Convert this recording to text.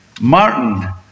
Martin